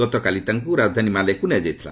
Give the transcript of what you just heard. ଗତକାଲି ତାଙ୍କୁ ରାଜଧାନୀ ମାଲେ କୁ ନିଆଯାଇଥିଲା